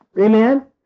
Amen